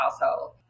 household